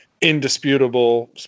indisputable